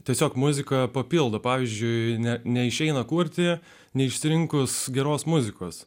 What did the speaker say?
tiesiog muziką papildo pavyzdžiui ne neišeina kurti neištrinkus geros muzikos